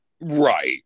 Right